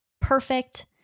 perfect